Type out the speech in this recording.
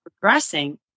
progressing